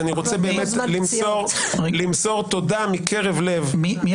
ואני רוצה למסור תודה מקרב לב --- מי